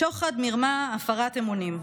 שוחד, מרמה, הפרת אמונים.